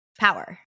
power